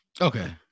Okay